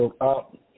up